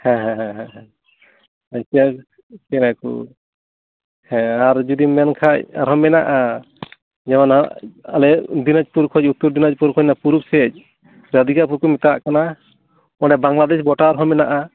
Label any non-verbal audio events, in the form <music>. ᱦᱮᱸ ᱦᱮᱸ ᱦᱮᱸ <unintelligible> ᱪᱮᱬᱮ ᱠᱩ ᱦᱮᱸ ᱟᱨ ᱡᱩᱫᱤᱢ ᱢᱮᱱᱠᱷᱟᱡ ᱟᱨᱦᱚᱸ ᱢᱮᱱᱟᱜᱼᱟ ᱡᱮᱢᱚᱚᱱ ᱟᱞᱮ ᱫᱤᱱᱟᱡᱽᱯᱩᱨ ᱠᱷᱚᱡ ᱩᱛᱛᱚᱨᱫᱤᱱᱟᱡᱽᱯᱩᱨ ᱠᱷᱚᱡ ᱚᱱᱟ ᱯᱩᱨᱩᱵ ᱥᱮᱡ ᱨᱟᱫᱷᱤᱠᱟᱯᱩᱨ ᱠᱚ ᱢᱮᱛᱟᱜ ᱠᱟᱱᱟ ᱚᱸᱰᱮ ᱵᱟᱝᱞᱟᱫᱮᱥ ᱵᱚᱰᱟᱨ ᱦᱚᱸ ᱢᱮᱱᱟᱜᱼᱟ